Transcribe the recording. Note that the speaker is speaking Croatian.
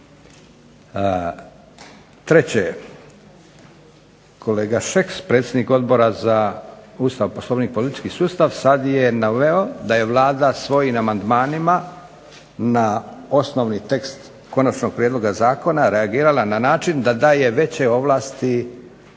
Treće, kolega Šeks, predsjednik Odbora za Ustav, Poslovnik i politički sustav sad je naveo da je Vlada svojim amandmanima na osnovni tekst konačnog prijedloga zakona reagirala na način da daje veće ovlasti